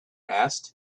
asked